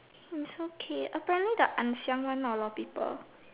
it's okay apparently the Ann-siang one not a lot of people